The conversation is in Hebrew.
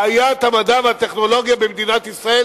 בעיית המדע והטכנולוגיה במדינת ישראל